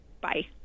Bye